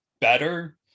better